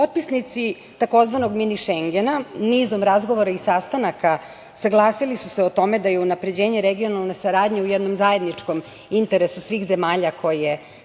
EU.Potpisnici tzv. mini Šengena nizom razgovora i sastanaka saglasili su se o tome da je unapređenje regionalne saradnje u jednom zajedničkom interesu svih zemalja koje